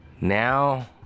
Now